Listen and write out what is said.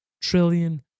trillion